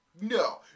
No